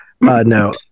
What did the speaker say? No